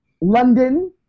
London